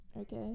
Okay